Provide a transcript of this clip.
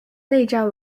内战